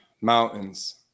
mountains